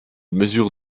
mesure